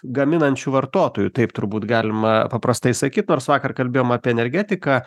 gaminančių vartotojų taip turbūt galima paprastai sakyt nors vakar kalbėjom apie energetiką